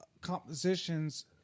compositions